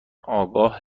آگاه